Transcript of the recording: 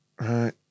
Right